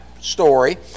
story